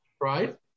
right